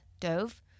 dove